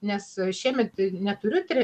nes šiemet neturiu tre